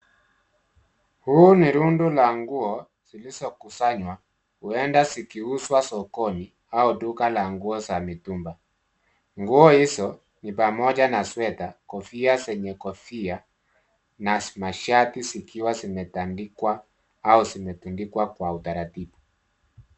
Huu ni rundo la nguo zilizokusanywa, huenda zikauzwa sokoni au duka la nguo za mitumba. Nguo hizo ni pamoja na sweta, kofia zenye kofia, na mashati zikiwa zimetandikwa au zimetandikwa kwa utaratibu.